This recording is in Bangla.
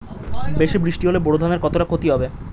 বেশি বৃষ্টি হলে বোরো ধানের কতটা খতি হবে?